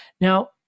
Now